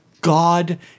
God